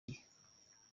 igihe